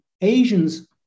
Asians